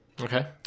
okay